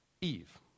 Eve